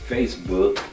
Facebook